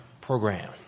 program